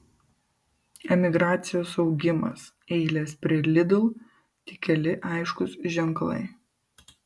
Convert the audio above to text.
emigracijos augimas eilės prie lidl tik keli aiškūs ženklai